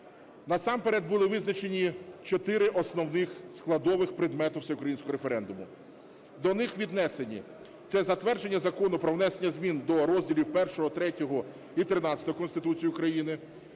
Насамперед були визначені чотири основних складових предмету всеукраїнського референдуму. До них віднесені – це затвердження Закону про внесення змін до розділів І, ІІІ і ХІІІ Конституції України.